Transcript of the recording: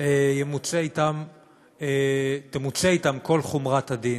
ימוצה אתם הדין, בכל חומרת הדין.